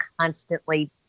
constantly